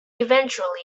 eventually